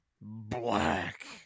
Black